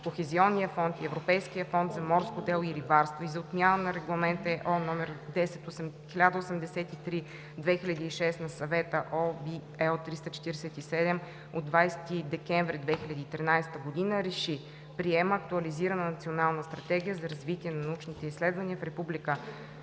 Кохезионния фонд и Европейския фонд за морско дело и рибарство, и за отмяна на Регламент (ЕО) № 1083/2006 на Съвета (ОВ L 347/20.12.2013 г.) РЕШИ: Приема актуализирана Национална стратегия за развитие на научните изследвания в Република